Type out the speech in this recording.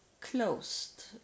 closed